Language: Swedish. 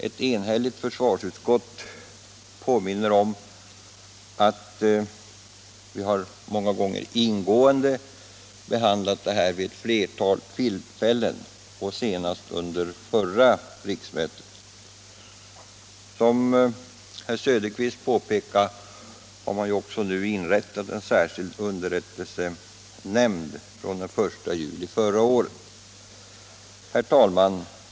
Ett enhälligt försvarsutskott påminner om att vi ingående har behandlat detta vid ett flertal tillfällen, senast under förra riksmötet. Som herr Söderqvist påpekar har man också nu inrättat en särskild underrättelsenämnd från den 1 juli förra året. Herr talman!